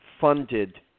funded